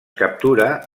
captura